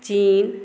चीन